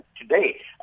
today